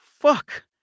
Fuck